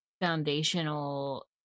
foundational